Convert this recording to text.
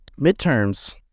Midterms